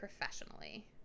professionally